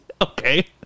Okay